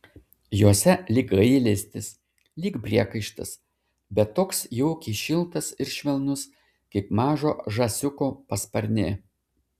jose lyg gailestis lyg priekaištas bet toks jaukiai šiltas ir švelnus kaip mažo žąsiuko pasparnė